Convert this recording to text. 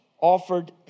offered